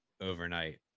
overnight